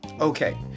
Okay